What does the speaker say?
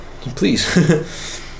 please